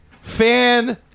fan